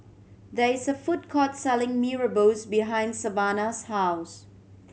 there is a food court selling Mee Rebus behind Savannah's house